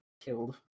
killed